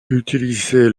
utilisé